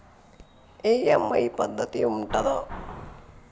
EMI పద్ధతి ఉంటదా?